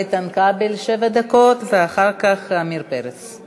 איתן כבל, שבע דקות, ואחר כך, עמיר פרץ.